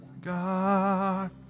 God